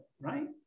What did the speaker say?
right